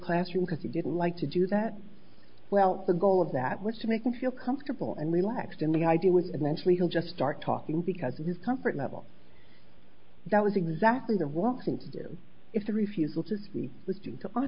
classroom because he didn't like to do that well the goal of that was to make him feel comfortable and relaxed and the idea would eventually he'll just start talking because of his comfort level that was exactly the wrong thing to do if the refusal to see